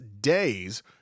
days